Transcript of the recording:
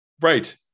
right